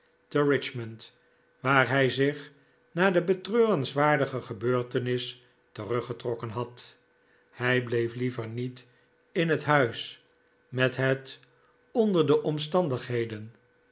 te richmond waar hij zich na de betreurenswaardige gebeurtenis teruggetrokken had hij bleef liever niet in het huis met het onder de omstandigheden